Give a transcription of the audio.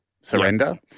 surrender